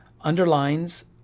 underlines